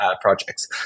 projects